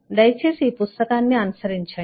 దయచేసి ఈ పుస్తకాన్ని అనుసరించండి